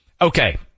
Okay